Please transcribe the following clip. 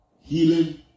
healing